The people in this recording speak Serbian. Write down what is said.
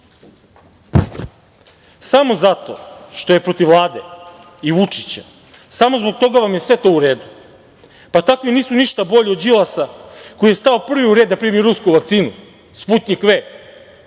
Samo zato što je protiv Vlade i Vučića, samo zbog toga vam je sve to u redu. Pa takvi ništa nisu bolji od Đilasa koji je stao prvi u red da primi rusku vakcinu Sputnjik V,